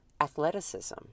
athleticism